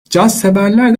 cazseverler